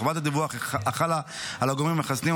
וחובת הדיווח החלה על הגורמים המחסנים,